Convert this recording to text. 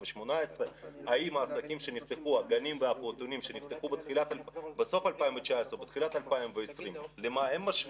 האם העסקים שנפתחו בסוף 2019 או בתחילת 2020 זכאים?